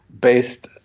based